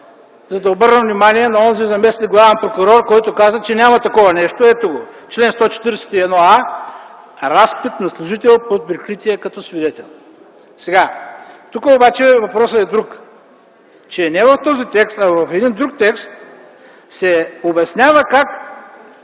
за да обърна внимание на онзи заместник-главен прокурор, който каза, че няма такова нещо. Ето го: чл. 141а – „Разпит на служител под прикритие като свидетел”. Тук обаче въпросът е друг. Че не в този текст, а в един друг текст се обяснява как